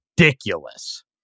ridiculous